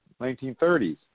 1930s